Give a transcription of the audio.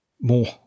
more